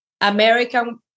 American